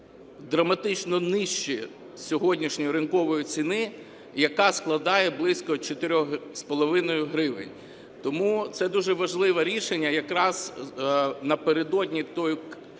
драматично нижче сьогоднішньої ринкової ціни, яка складає близько 4,5 гривень. Тому це дуже важливе рішення якраз напередодні тої енергетичної